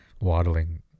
waddling